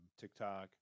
TikTok